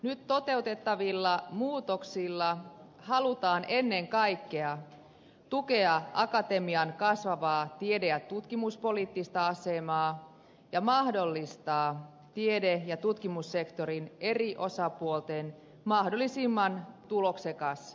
nyt toteutettavilla muutoksilla halutaan ennen kaikkea tukea akatemian kasvavaa tiede ja tutkimuspoliittista asemaa ja mahdollistaa tiede ja tutkimussektorin eri osapuolten mahdollisimman tuloksekas yhteistyö